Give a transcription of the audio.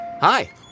Hi